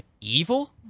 evil